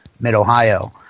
Mid-Ohio